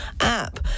app